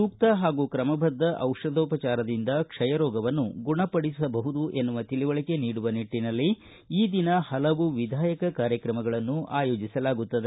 ಸೂಕ್ತ ಹಾಗೂ ಕ್ರಮಬದ್ದ ದಿ ದೋಪಾಜಾರದಿಂದ ಕ್ಷಯ ರೋಗವನ್ನು ಗುಣಪಡಿಸಬಹುದು ಎನ್ನುವ ತಿಳಿವಳಿಕೆ ನೀಡುವ ನಿಟ್ಲಿನಲ್ಲಿ ಈ ದಿನ ಪಲವು ವಿಧಾಯಕ ಕಾರ್ಯಕ್ರಮಗಳನ್ನು ಆಯೋಜಿಸಲಾಗುತ್ತದೆ